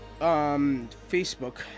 Facebook